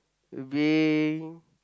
being